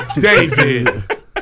David